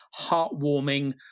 heartwarming